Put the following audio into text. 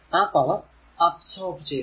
ആ power absorb ചെയ്തു